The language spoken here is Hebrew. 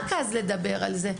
רק אז לדבר על שכר.